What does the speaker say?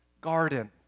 garden